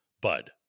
Bud